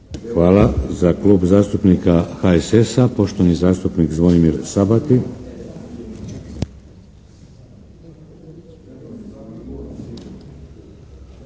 Hvala. Za Klub zastupnika HSS-a, poštovani zastupnik Zvonimir Sabati.